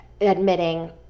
Admitting